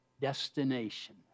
destination